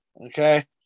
Okay